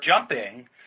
jumping